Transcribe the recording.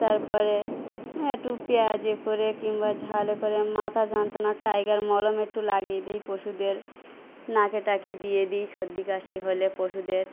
তার পরে একটু পেঁয়াজ এ করে কিংবা ঝাল এ করে মাথা যন্ত্রণার টাইগার মলম একটু লাগিয়ে দিই পশুদের নাকে টাকে দিয়ে দিই সর্দি কাশি হলে পশুদের